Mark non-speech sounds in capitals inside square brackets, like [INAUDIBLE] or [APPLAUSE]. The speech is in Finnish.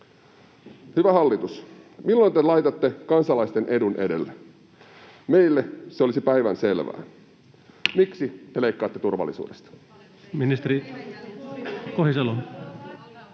Hyvä hallitus, milloin te laitatte kansalaisten edun edelle? Meille se olisi päivänselvää. [NOISE] Miksi te leikkaatte turvallisuudesta?